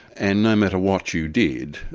and no matter what you did,